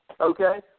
okay